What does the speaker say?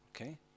Okay